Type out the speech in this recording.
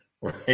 right